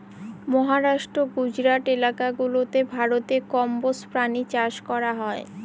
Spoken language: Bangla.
মহারাষ্ট্র, গুজরাট এলাকা গুলাতে ভারতে কম্বোজ প্রাণী চাষ করা হয়